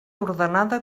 ordenada